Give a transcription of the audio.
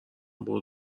برو